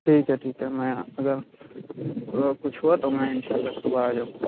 ٹھیک ہے ٹھیک ہے میں اگر اگر کچھ ہُوا تو میں اِنشاء اللہ صُبح آ جاؤں گا